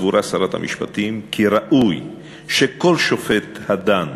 סבורה שרת המשפטים כי ראוי שכל שופט הדן